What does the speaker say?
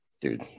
dude